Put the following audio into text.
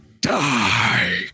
Die